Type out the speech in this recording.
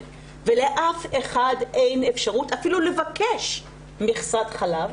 ולאף אחד אין אפשרות אפילו לבקש מכסת חלב,